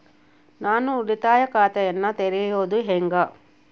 ನಾನು ಉಳಿತಾಯ ಖಾತೆಯನ್ನ ತೆರೆಯೋದು ಹೆಂಗ?